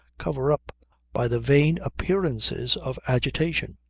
cover up by the vain appearances of agitation.